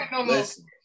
listen